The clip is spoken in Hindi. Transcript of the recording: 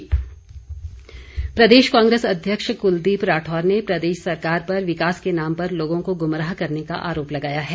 राठौर प्रदेश कांग्रेस अध्यक्ष क्लदीप राठौर ने प्रदेश सरकार पर विकास के नाम पर लोगों को गुमराह करने का आरोप लगाया है